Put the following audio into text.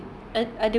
tak suka sayur